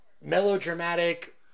melodramatic